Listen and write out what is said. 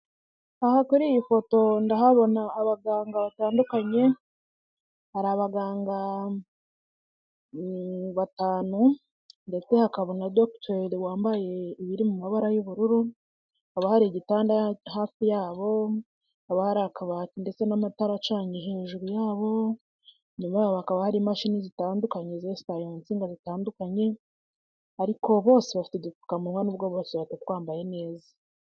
Aha kuri iyi foto ndahabona abaganga batandukanye, hari abaganga batanu ndetse hakaba na dogiteri wambaye ibiri mu mabara y'ubururu, hakaba hari igitanda hafi yaho, hakaba hari akabati ndetse n'amatara acanye hejuru yabo, inyuma yabo hakaba hari imashini zitandukanye zesitaye mu nsinga zitandukanye ariko bose bafite udupfukamunwa, bose batwambaye neza.